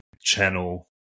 channel